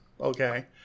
Okay